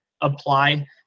apply